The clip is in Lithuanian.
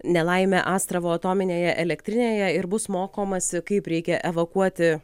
nelaimė astravo atominėje elektrinėje ir bus mokomasi kaip reikia evakuoti